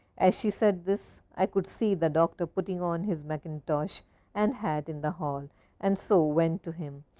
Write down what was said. as she said this, i could see the doctor putting on his mackintosh and hat in the hall and so went to him,